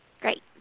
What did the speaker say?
Great